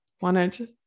wanted